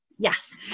Yes